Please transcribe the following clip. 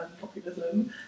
populism